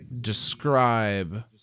describe